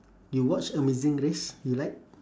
you watch amazing race you like